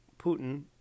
Putin